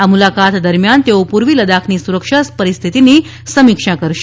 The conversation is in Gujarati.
આ મુલાકાત દરમિયાન તેઓ પૂર્વી લદ્દાખની સુરક્ષા પરિસ્થિતિની સમીક્ષા કરશે